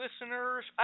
listeners